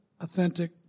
authentic